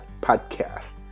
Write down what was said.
Podcast